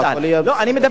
לא, אני מדבר על התפיסה.